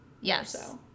Yes